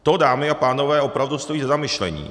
To, dámy a pánové, opravdu stojí za zamyšlení.